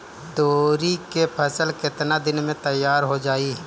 तोरी के फसल केतना दिन में तैयार हो जाई?